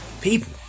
people